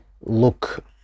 look